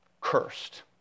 cursed